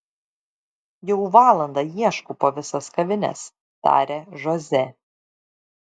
jau valandą ieškau po visas kavines tarė žozė